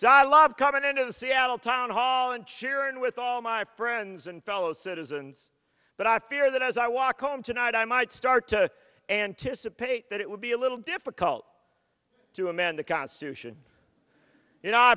so i love coming into the seattle town hall and cheering with all my friends and fellow citizens but i fear that as i walk home tonight i might start to anticipate that it would be a little difficult to amend the constitution you know i